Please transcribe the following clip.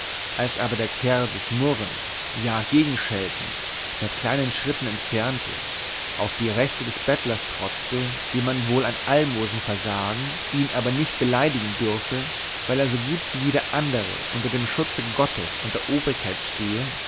als aber der kerl sich murrend ja gegenscheltend mit kleinen schritten entfernte auf die rechte des bettlers trotzte dem man wohl ein almosen versagen ihn aber nicht beleidigen dürfe weil er so gut wie jeder andere unter dem schutze gottes und der obrigkeit stehe